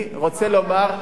אז אני אומר,